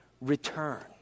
return